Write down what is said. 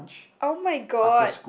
[oh]-my-god